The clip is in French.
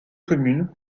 communes